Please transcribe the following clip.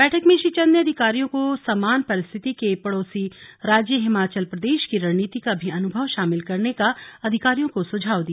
बैठक में श्री चंद ने अधिकारियों को समान परिस्थिति के पड़ोसी राज्य हिमाचल प्रदेश की रणनीति का भी अनुभव शामिल करने का अधिकारियों को सुझाव दिया